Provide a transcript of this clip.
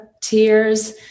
tears